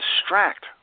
distract